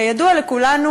כידוע לכולנו,